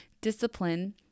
discipline